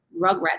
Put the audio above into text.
Rugrats